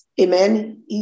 Amen